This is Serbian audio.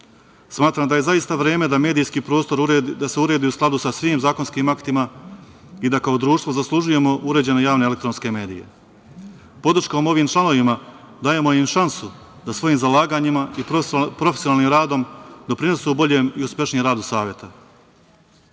dana. Smatram da je zaista vreme da se medijski prostor uredi u skladu sa svim zakonskim aktima i da kao društvo zaslužujemo uređen javne elektronske medije. Podrškom ovim članovima dajemo im šansu da svojim zalaganjima i profesionalnim radom doprinose boljem i uspešnije radu Saveta. Odbor